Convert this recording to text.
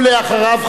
ואחריו,